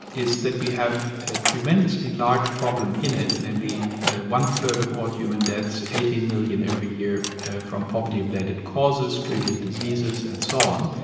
is that we have a tremendously large problem in it, namely one-third of all human deaths, eighty million every year from poverty-related causes, trivial diseases and so on,